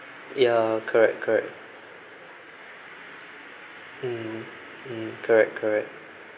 ya correct correct mm mm correct correct